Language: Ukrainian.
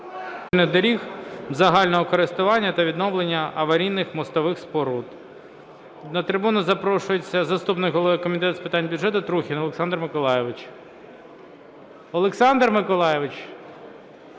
доріг загального користування та відновлення аварійних мостових споруд). На трибуну запрошується заступник голови Комітету з питань бюджету Трухін Олександр Миколайович. Олександр Миколайович